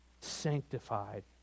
sanctified